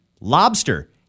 Lobster